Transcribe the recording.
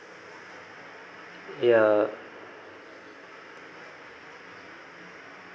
ya